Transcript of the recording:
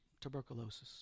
Tuberculosis